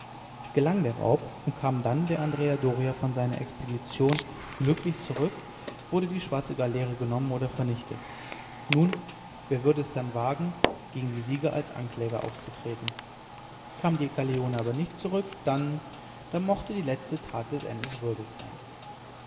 gelang der raub und kam dann der andrea doria von seiner expedition glücklich zurück wurde die schwarze galeere genommen oder vernichtet nun wer würde es dann wagen gegen die sieger als ankläger aufzutreten kam die galeone aber nicht zurück dann dann mochte die letzte tat des endes würdig sein